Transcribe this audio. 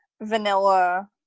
vanilla